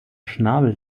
schnabel